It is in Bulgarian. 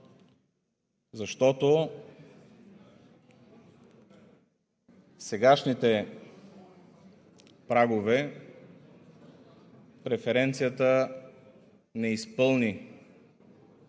защото при сегашните прагове преференцията не изпълни